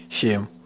Shame